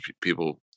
people